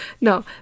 No